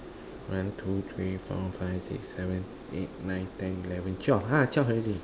one two three four five six seven eight nine ten eleven twelve ha twelve already